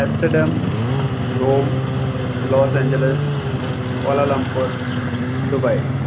Amsterdam Rome Los Angeles Kuala Lumpur Dubai